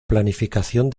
planificación